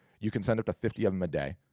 you can send it to fifty of em a day.